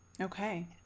okay